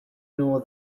nor